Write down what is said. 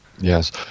Yes